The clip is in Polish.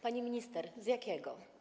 Pani minister, z jakiego?